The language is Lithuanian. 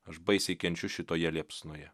aš baisiai kenčiu šitoje liepsnoje